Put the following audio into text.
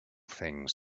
things